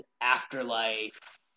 Afterlife